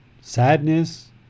sadness